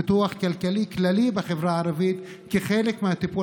פיתוח כלכלי כללי בחברה הערבית כחלק מהטיפול